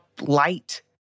light